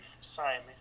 Simon